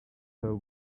her